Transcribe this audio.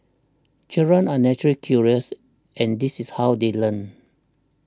children are naturally curious and this is how they learn